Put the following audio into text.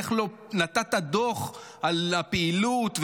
ואיך לא נתת דוח על הפעילות,